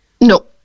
No